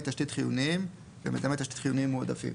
תשתית חיוניים ומיזמי תשתית חיוניים מועדפים.